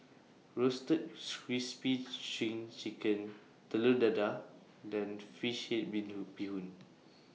Roasted Crispy SPRING Chicken Telur Dadah and Fish Head Bee Hoon